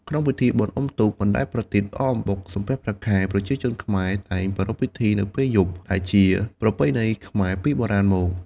ក្នុងពិធីបុណ្យអុំទូក បណ្ដែតប្រទីប អកអំបុក សំពះព្រះខែ ប្រជាជនខ្មែរតែងប្រារព្ធពិធីនៅពេលយប់ ដែលជាប្រពៃណីខ្មែរពីបុរាណមក។